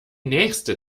nächste